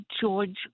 George